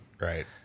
Right